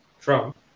Trump